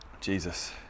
Jesus